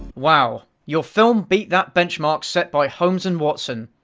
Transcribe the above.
wow, your film beat that benchmark set by holmes and watson.